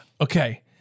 Okay